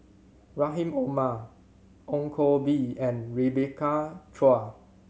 Rahim Omar Ong Koh Bee and Rebecca Chua